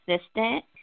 assistant